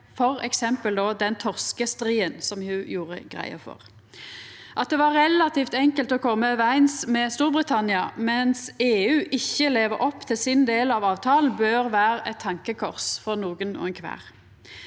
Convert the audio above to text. f.eks. den torskestriden ho gjorde greie for. At det var relativt enkelt å koma overeins med Storbritannia, mens EU ikkje lever opp til sin del av avtalen, bør vera eit tankekors for nokon kvar.